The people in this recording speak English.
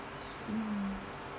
mm